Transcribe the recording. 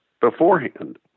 beforehand